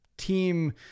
team